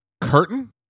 Curtain